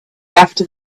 after